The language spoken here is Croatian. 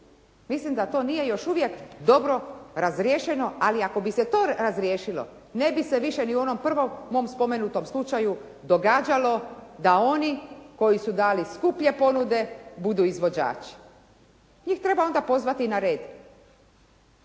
Mislim da to nije još uvijek dobro riješeno, ali ako bi se to razriješilo ne bi se više ni u onom prvom mom spomenutom slučaju događalo da oni koji su dali skuplje ponude budu izvođači. Njih treba onda pozvati na red.